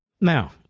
Now